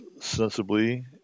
sensibly